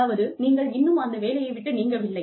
அதாவது நீங்கள் இன்னும் அந்த வேலையை விட்டு நீங்கவில்லை